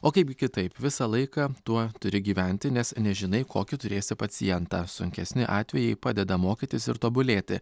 o kaipgi kitaip visą laiką tuo turi gyventi nes nežinai kokį turėsi pacientą sunkesni atvejai padeda mokytis ir tobulėti